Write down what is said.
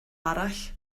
arall